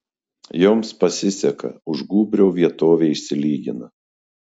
joms pasiseka už gūbrio vietovė išsilygina